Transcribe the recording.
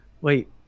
wait